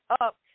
up